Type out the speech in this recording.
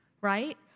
right